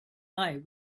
eye